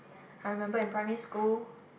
I remember in primary school